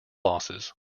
losses